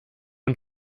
und